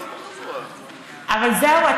אבל זהו,